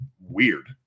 weird